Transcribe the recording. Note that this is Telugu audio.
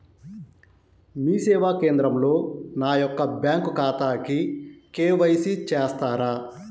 మీ సేవా కేంద్రంలో నా యొక్క బ్యాంకు ఖాతాకి కే.వై.సి చేస్తారా?